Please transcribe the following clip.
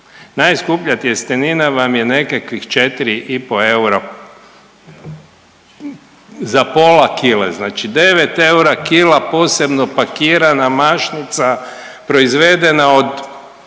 Najskuplja tjestenina vam je nekakvih 4,5 eura za pola kile, znači 9 eura kila posebno pakirana, mašnica, proizvedena od